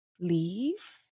leave